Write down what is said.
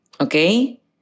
Okay